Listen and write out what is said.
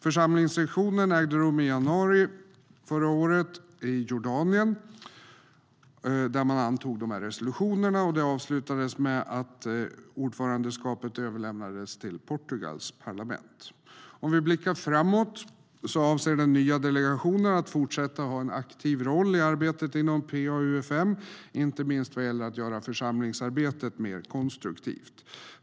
Församlingssessionen ägde rum i januari förra året i Jordanien, där dessa resolutioner antogs. Den avslutades med att ordförandeskapet överlämnades till Portugals parlament. Om vi blickar framåt: Den nya delegationen avser att fortsätta att ha en aktiv roll i arbetet inom PA-UfM, inte minst vad gäller att göra församlingsarbetet mer konstruktivt.